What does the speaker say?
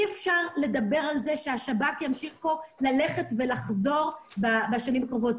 אי אפשר לדבר על זה שהשב"כ ימשיך פה ללכת ולחזור בשנים הקרובות,